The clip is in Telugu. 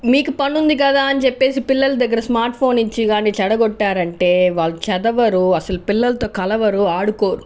మీకు పని ఉంది కదా అని చెప్పేసి పిల్లల దగ్గర స్మార్ట్ ఫోన్ ఇచ్చి కానీ చెడగొట్టాలంటే వాళ్ళు చదవరు అసలు పిల్లలతో కలవరు ఆడుకోరు